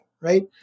right